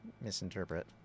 misinterpret